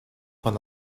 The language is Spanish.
con